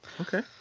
Okay